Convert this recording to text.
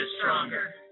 stronger